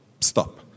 Stop